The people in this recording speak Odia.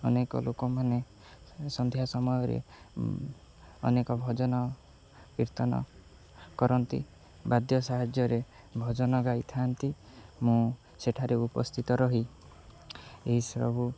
ଅନେକ ଲୋକମାନେ ସନ୍ଧ୍ୟା ସମୟରେ ଅନେକ ଭଜନ କୀର୍ତ୍ତନ କରନ୍ତି ବାଦ୍ୟ ସାହାଯ୍ୟରେ ଭଜନ ଗାଇଥାନ୍ତି ମୁଁ ସେଠାରେ ଉପସ୍ଥିତ ରହି ଏହିସବୁ